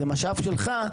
זה משאב שלך,